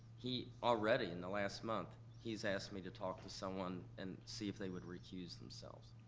he already in the last month, he's asked me to talk to someone and see if they would recuse themselves.